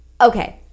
Okay